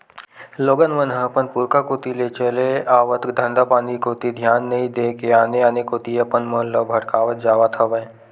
लोगन मन ह अपन पुरुखा कोती ले चले आवत धंधापानी कोती धियान नइ देय के आने आने कोती अपन मन ल भटकावत जावत हवय